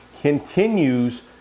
continues